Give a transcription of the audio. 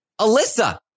Alyssa